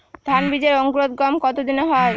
ধান বীজের অঙ্কুরোদগম কত দিনে হয়?